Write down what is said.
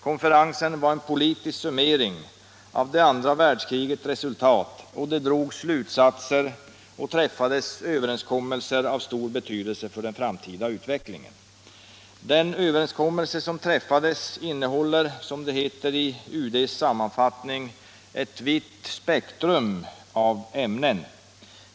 Konferensen var en politisk summering av det andra världskrigets resultat, och det drogs slutsatser och träffades överenskommelser av stor betydelse för den framtida utvecklingen. Överenskommelserna innehåller, som det heter i UD:s sammanfattning, ”ett viktigt spektrum av ämnen”.